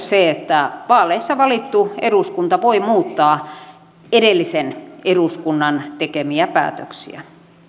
se että vaaleissa valittu eduskunta voi muuttaa edellisen eduskunnan tekemiä päätöksiä